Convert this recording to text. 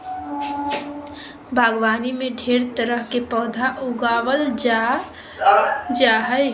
बागवानी में ढेर तरह के पौधा उगावल जा जा हइ